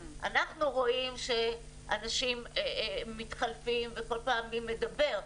אנחנו רואים שאנשים מתחלפים וכל פעמם מי מדבר,